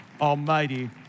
Almighty